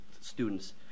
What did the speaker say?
students